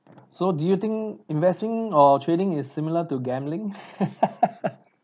so do you think investing or trading is similar to gambling